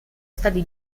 stati